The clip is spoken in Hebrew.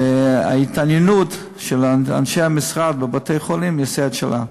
שההתעניינות של אנשי המשרד בבתי-החולים תעשה את שלה.